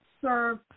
serve